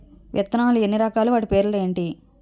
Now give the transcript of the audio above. విత్తనాలు ఎన్ని రకాలు, వాటి పేర్లు ఏంటి?